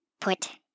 put